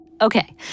Okay